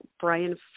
Brian